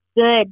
Good